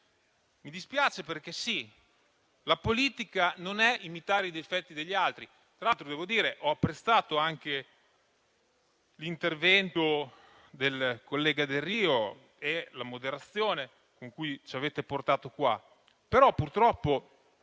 Mi dispiace, perché, sì, la politica non è imitare i difetti degli altri. Tra l'altro, devo dire di avere apprezzato l'intervento del collega Delrio e la moderazione con cui ci avete portato qui. Purtroppo,